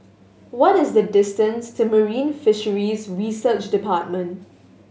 what is the distance to Marine Fisheries Research Department